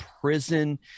prison